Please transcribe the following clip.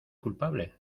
culpable